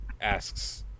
asks